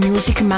Music